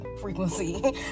frequency